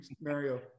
Mario